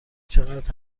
چقدر